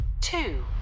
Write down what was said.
two